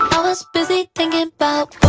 i was busy thinkin' about